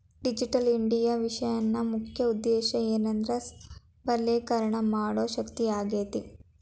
digital India ಮಿಷನ್ನ ಮುಖ್ಯ ಉದ್ದೇಶ ಏನೆಂದ್ರ ಸಬಲೇಕರಣ ಮಾಡೋ ಶಕ್ತಿಯಾಗೇತಿ